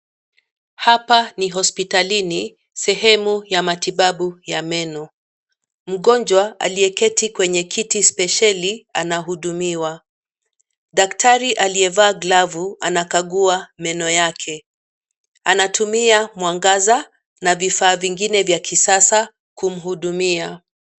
Hapa ni hospitalini sehemu ya matibabu ya meno. Mgonjwa aliye keti kwenye kiti spesheli anahudumiwa .Daktari aliyevaa glavu anakagua meno yake anatumia mwangaza na vifaa vingine vya kisasa kumuhudumia.